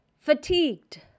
fatigued